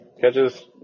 catches